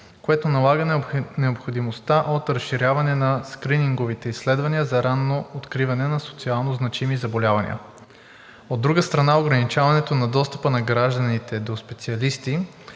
което налага необходимостта от разширяване на скрининговите изследвания за ранно откриване на социално значими заболявания. От друга страна, ограничаването на достъпа на гражданите до специалисти,